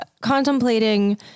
contemplating